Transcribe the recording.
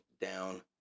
down